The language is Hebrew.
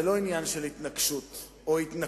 זה לא עניין של התנגשות או התנגחות,